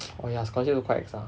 oh ya scholarship also quite ex ah